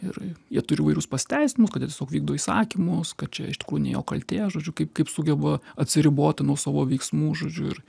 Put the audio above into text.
ir jie turi įvairius pasiteisinimus kad jie tiesiog vykdo įsakymus kad čia iš tikrųjų ne jo kaltė žodžiu kaip kaip sugeba atsiriboti nuo savo veiksmų žodžiu ir